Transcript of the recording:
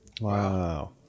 Wow